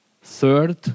third